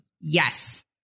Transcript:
Yes